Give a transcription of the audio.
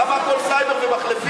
למה הכול סייבר ומחלפים?